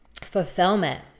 fulfillment